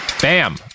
Bam